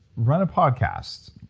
run a podcast,